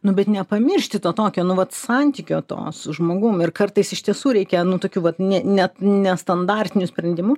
nu bet nepamiršti to tokio nu vat santykio to su žmogum ir kartais iš tiesų reikia nu tokių vat ne net nestandartinių sprendimų